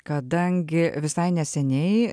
kadangi visai neseniai